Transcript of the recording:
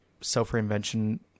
self-reinvention